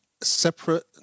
separate